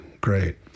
great